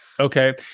Okay